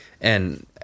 And-